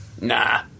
nah